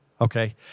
Okay